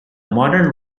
modern